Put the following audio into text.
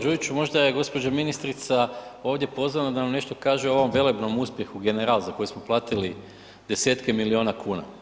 Kolega Đujić možda je gospođa ministrica ovdje pozvana da nam nešto kaže o ovom velebnom uspjehu „General“ za koji smo platili desetke milijuna kuna.